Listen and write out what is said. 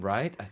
Right